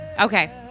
Okay